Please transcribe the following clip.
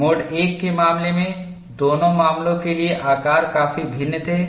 mode I के मामले में दोनों मामलों के लिए आकार काफी भिन्न थे